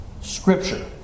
Scripture